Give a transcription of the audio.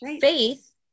faith